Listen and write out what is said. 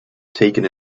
taken